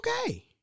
okay